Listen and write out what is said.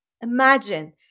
Imagine